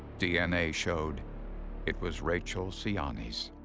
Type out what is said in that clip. dna showed it was rachel siani's.